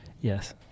yes